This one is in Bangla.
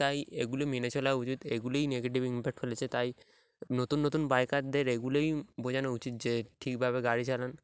তাই এগুলি মেনে চলা উচিত এগুলোই নেগেটিভ ইম্প্যাক্ট ফেলেছে তাই নতুন নতুন বাইকারদের এগুলোই বোঝানো উচিত যে ঠিকভাবে গাড়ি চালান